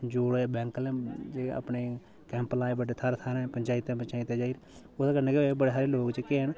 जो ऐ बैंक आह्ले जेह्ड़े अपने कैंप लाए अपने थाह्रें थाह्रें पंचैते पंचैंते जाई'र ओह्दे कन्नै केह् होएया के बड़े हारे लोक जेह्के हैन